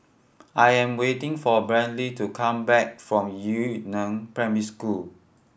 I am waiting for Brady to come back from Yu Neng Primary School